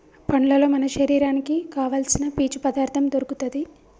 పండ్లల్లో మన శరీరానికి కావాల్సిన పీచు పదార్ధం దొరుకుతది